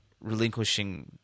relinquishing